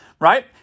right